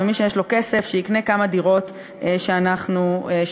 ומי שיש לו כסף שיקנה כמה דירות שהוא רוצה,